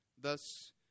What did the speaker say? Thus